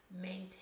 maintain